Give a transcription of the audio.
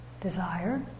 desire